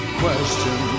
question